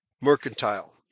mercantile